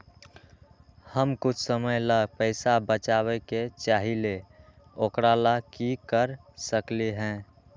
हम कुछ समय ला पैसा बचाबे के चाहईले ओकरा ला की कर सकली ह?